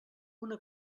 una